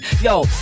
yo